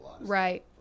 right